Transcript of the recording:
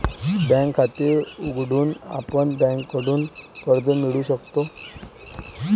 bank खाते उघडून आपण बँकेकडून कर्ज मिळवू शकतो